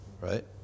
right